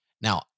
Now